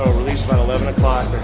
release nine eleven o'clock